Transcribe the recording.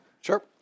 Sure